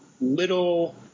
little